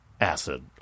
acid